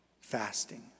Fasting